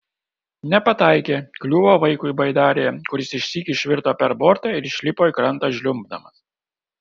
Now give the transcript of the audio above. nepataikė kliuvo vaikui baidarėje kuris išsyk išvirto per bortą ir išlipo į krantą žliumbdamas